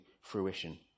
fruition